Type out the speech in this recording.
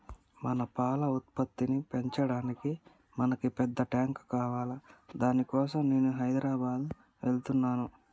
మన పాల ఉత్పత్తిని పెంచటానికి మనకి పెద్ద టాంక్ కావాలి దాని కోసం నేను హైదరాబాద్ వెళ్తున్నాను